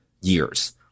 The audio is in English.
years